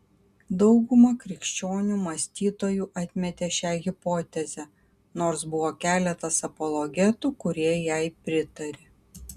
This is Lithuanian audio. dauguma krikščionių mąstytojų atmetė šią hipotezę nors buvo keletas apologetų kurie jai pritarė